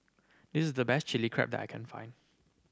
this's the best Chili Crab that I can find